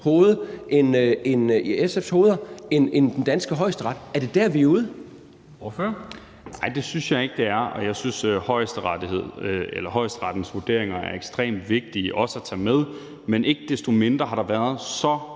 hoveder end den danske Højesteret? Er det dér, vi er ude?